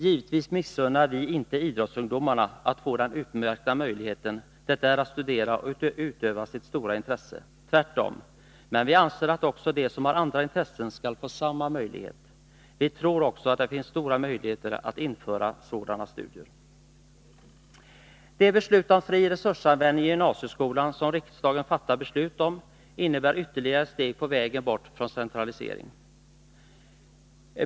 Givetvis missunnar vi inte idrottsungdomarna att få den utmärkta möjlighet det innebär att studera och utöva sitt stora intresse - tvärtom. Men vi anser att också de som har andra intressen skall få samma möjlighet. Vi tror också att det finns stora möjligheter att införa sådana studier. Det beslut om fri resursanvändning i gymnasieskolan som riksdagen har fattat innebar ytterligare ett steg på vägen bort från centralstyrning.